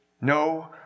No